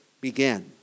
began